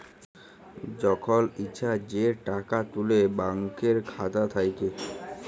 যখল ইছা যে টাকা তুলে ব্যাংকের খাতা থ্যাইকে